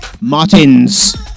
martins